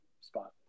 spot